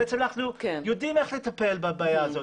בעצם אנחנו יודעים איך לטפל בבעיה הזאת,